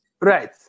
Right